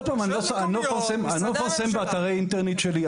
אני לא מפרסם באתרי אינטרנט שלי.